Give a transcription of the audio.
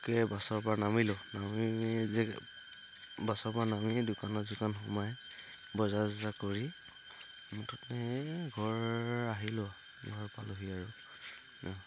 বাছৰ পৰা নামিলোঁ নামি যে বাছৰ পৰা নামি দোকান চোকান সোমাই কৰি মুঠতে ঘৰ আহিলোঁ ঘৰৰ পালহি আৰু